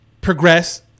progress